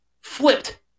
flipped